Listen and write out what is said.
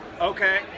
okay